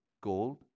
Gold